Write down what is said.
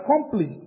accomplished